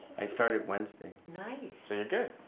i started wednesday. nice. so you're good?